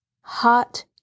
hot